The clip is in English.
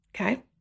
Okay